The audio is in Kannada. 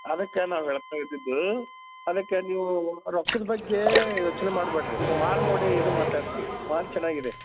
ಅದಕ್ಕ ನಾನು ಹೇಳ್ತಾ ಇದ್ದಿದ್ದು ಅದ್ಕ ನೀವು ರೊಕ್ಕದ ಬಗ್ಗೆ ಯೋಚನೆ ಮಾಡ್ಬ್ಯಾಡ್ರಿ ಮಾಲ್ ನೋಡಿ ಇದು ಮಾತಾಡ್ರಿ ನೀವು ಮಾಲ್ ಚೆನ್ನಾಗಿದೆ